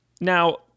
Now